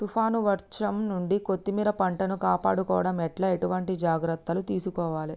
తుఫాన్ వర్షం నుండి కొత్తిమీర పంటను కాపాడుకోవడం ఎట్ల ఎటువంటి జాగ్రత్తలు తీసుకోవాలే?